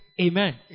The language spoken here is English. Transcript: Amen